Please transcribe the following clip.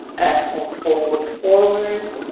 accent fold forward,